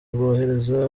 rwohereza